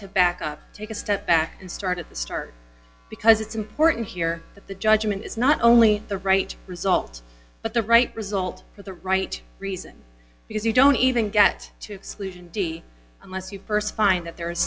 to back up take a step back and start at the start because it's important here that the judgment is not only the right result but the right result for the right reason because you don't even get to sleep unless you st find that there is